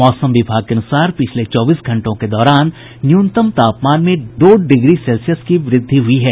मौसम विभाग के अनुसार पिछले चौबीस घंटों के दौरान न्यूनतम तापमान में दो डिग्री सेल्सियस की वृद्धि हुई है